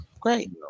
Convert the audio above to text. Great